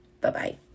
Bye-bye